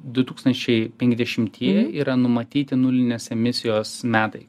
du tūkstančiai penkiasdešimtieji yra numatyti nulinės emisijos metai